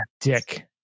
dick